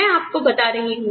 मैं आपको बता रही हूं